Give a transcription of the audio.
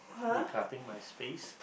decluttering my space